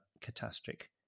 catastrophic